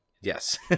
Yes